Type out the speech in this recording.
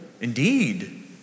indeed